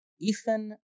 Ethan